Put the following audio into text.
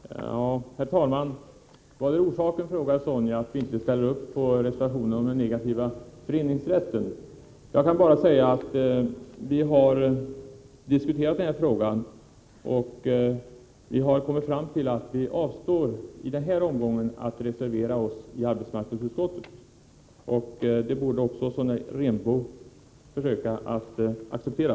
Medbestömmandes Herr talman! Sonja Rembo frågar vad som är orsaken till att vi inte ställer frågorm.m. upp på reservationen om den negativa föreningsrätten. Jag kan bara säga att vi har diskuterat denna fråga och kommit fram till att vi i denna omgång bör avstå från att reservera oss i arbetsmarknadsutskottet. Det borde Sonja Rembo försöka acceptera.